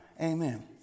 amen